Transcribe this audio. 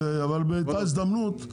אבל באותה הזדמנות,